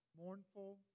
Mournful